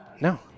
No